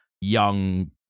young